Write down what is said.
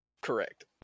Correct